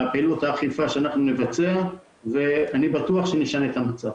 פעילות האכיפה שאנחנו נבצע ואני בטוח שנשנה את המצב.